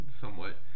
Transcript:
somewhat